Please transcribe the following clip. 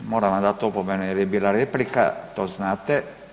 Moram vam dat opomenu jer je bila replika, to znate.